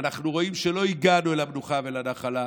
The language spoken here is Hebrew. ואנחנו רואים שלא הגענו אל המנוחה ואל הנחלה.